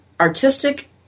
artistic